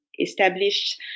established